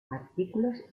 artículos